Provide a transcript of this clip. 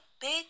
Big